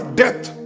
death